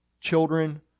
children